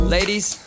Ladies